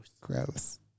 Gross